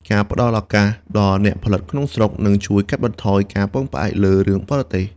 ការផ្តល់ឱកាសដល់អ្នកផលិតក្នុងស្រុកនឹងជួយកាត់បន្ថយការពឹងផ្អែកលើរឿងបរទេស។